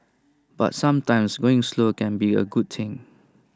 but sometimes going slow can be A good thing